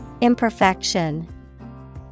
Imperfection